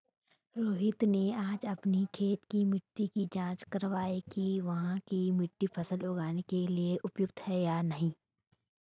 रोहित ने आज अपनी खेत की मिट्टी की जाँच कारवाई कि वहाँ की मिट्टी फसल उगाने के लिए उपयुक्त है या नहीं